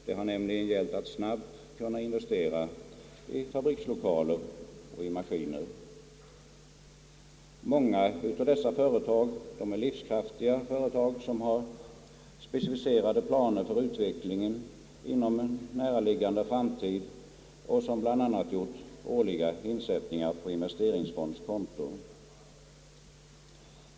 Det har nämligen gällt att snabbt kunna investera i fabrikslokaler och maskiner. Många av dessa företag är livskraftiga företag, som har specificerade planer för utvecklingen inom en näraliggande framtid och som bl.a. gjort årliga insättningar på investeringsfondskonto.